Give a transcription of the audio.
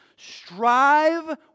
Strive